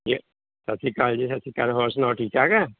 ਜੀ ਸਤਿ ਸ਼੍ਰੀ ਅਕਾਲ ਜੀ ਸਤਿ ਸ਼੍ਰੀ ਅਕਾਲ ਹੋਰ ਸੁਣਾਓ ਠੀਕ ਠਾਕ ਹੈ